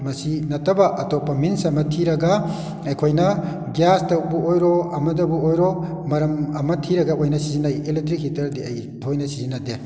ꯃꯁꯤ ꯅꯠꯇꯕ ꯑꯇꯣꯞꯄ ꯃꯤꯟꯁ ꯑꯃ ꯊꯤꯔꯒ ꯑꯩꯈꯣꯏꯅ ꯒ꯭ꯌꯥꯁꯇꯕꯨ ꯑꯣꯏꯔꯣ ꯑꯃꯗꯕꯨ ꯑꯣꯏꯔꯣ ꯃꯔꯝ ꯑꯃ ꯊꯤꯔꯒ ꯑꯣꯏꯅ ꯁꯤꯖꯤꯟꯅꯩ ꯑꯦꯂꯦꯛꯇ꯭ꯔꯤꯛ ꯍꯤꯇꯔꯗꯤ ꯑꯩ ꯊꯣꯏꯅ ꯁꯤꯖꯤꯟꯅꯗꯦ